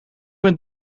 ben